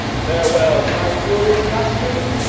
farewell, my royal master,